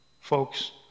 Folks